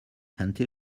until